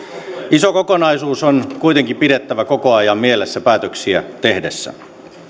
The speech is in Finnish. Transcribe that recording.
iso kokonaisuus on kuitenkin pidettävä koko ajan mielessä päätöksiä tehdessä